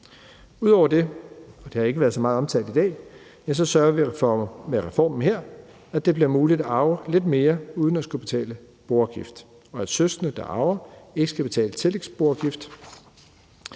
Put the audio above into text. Ud over det – og det har ikke været omtalt så meget i dag – sørger vi for med reformen her, at det bliver muligt at arve lidt mere uden at skulle betale boafgift, og at søskende, der arver, ikke skal betale tillægsboafgift.